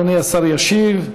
אדוני השר ישיב.